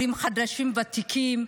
בין עולים חדשים לוותיקים,